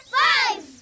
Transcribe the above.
five